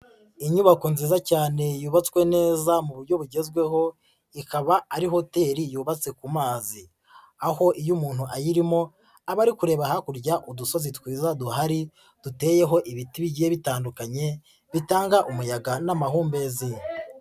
Inyubako nziza cyane yubatswe neza mu buryo bugezweho ikaba ari hoteli yubatse ku mazi, aho iyo umuntu ayirimo aba ari kureba hakurya udusozi twiza duhari duteyeho ibiti bigiye bitandukanye bitanga umuyaga n'amahumbezi.